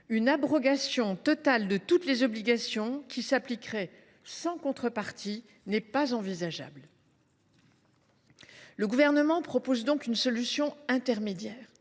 une abrogation totale de toutes les obligations actuelles sans contrepartie n’est pas envisageable. Le Gouvernement propose donc une solution intermédiaire.